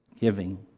giving